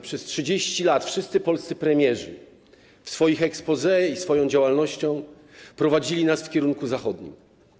Przez 30 lat w tej Izbie wszyscy polscy premierzy w swoich exposé i swoją działalnością prowadzili nas w kierunku zachodnim.